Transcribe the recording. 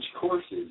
courses